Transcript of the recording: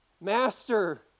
Master